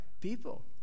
people